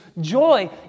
joy